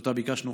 שאותה ביקשנו,